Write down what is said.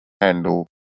handle